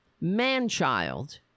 man-child